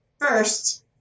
first